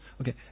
Okay